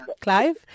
Clive